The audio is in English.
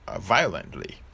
violently